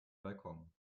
balkon